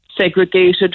segregated